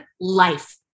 life